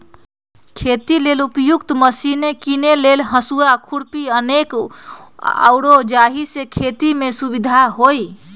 खेती लेल उपयुक्त मशिने कीने लेल हसुआ, खुरपी अनेक आउरो जाहि से खेति में सुविधा होय